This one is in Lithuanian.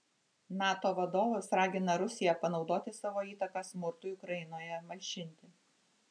nato vadovas ragina rusiją panaudoti savo įtaką smurtui ukrainoje malšinti